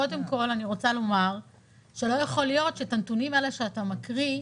קודם כל אני רוצה לומר שלא יכול להיות שאת הנתונים האלה שאתה מקריא,